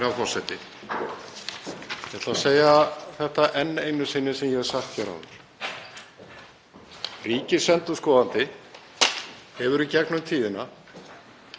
Ríkisendurskoðandi hefur í gegnum tíðina